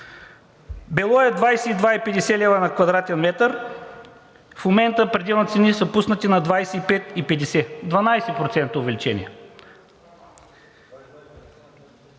Било е 22,50 лв. на квадратен метър, в момента пределните цени са пуснати на 25,50 – 12% увеличение.